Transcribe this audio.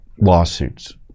lawsuits